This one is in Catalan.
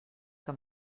que